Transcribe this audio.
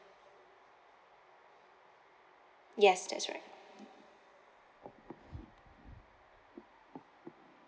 yes that's right